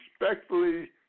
respectfully